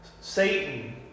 Satan